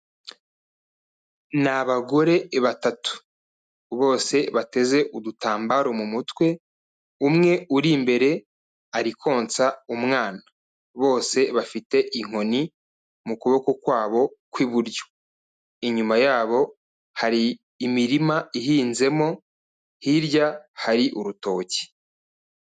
Ni abagore batatu bose bateze udutambaro mu mutwe umwe uri imbere ari konsa umwana bose bafite inkoni mu kuboko kwabo kw'iburyo inyuma yabo hari imirima ihinzemo hirya hari urutoki.